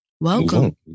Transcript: welcome